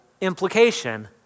implication